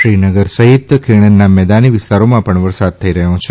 શ્રીનગર સહિત ખીણના મેદાની વિસ્તારોમાં પણ વરસાદ થઇ રહ્યો છે